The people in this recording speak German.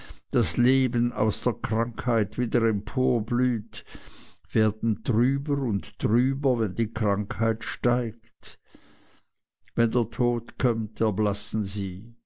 das leben aus der krankheit wieder emporblüht werden trüber und trüber wenn die krankheit steigt wenn der tod kommt erblassen sie